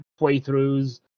playthroughs